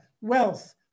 wealth